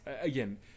Again